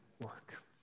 work